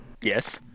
Yes